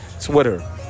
Twitter